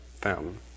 fountain